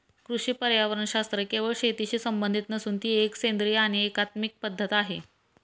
कृषी पर्यावरणशास्त्र केवळ शेतीशी संबंधित नसून ती एक सेंद्रिय आणि एकात्मिक पद्धत आहे